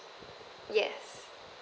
yes